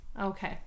Okay